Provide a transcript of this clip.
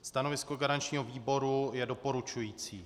Stanovisko garančního výboru je doporučující.